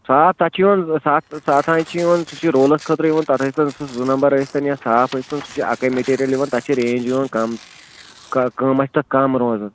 صاف تَتھ چھُ یِون سَتھ سَتھ آنٛچہِ چھُ یِوان سُہ چھُ رولس خٲطرٕ یِوان تَتھ ٲسِتن سُہ زٕ نمبر ٲسِتن یا صاف ٲستن سُہ چھُ اَکٲے مِٹیٖرل یِوان تَتھ چھِ رینٛج یِوان کَم قۭمتھ چھُ تَتھ کَم روزان